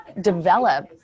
develop